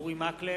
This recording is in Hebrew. נגד אורי מקלב,